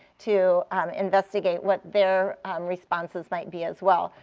to investigate what their responses might be as well,